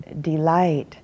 delight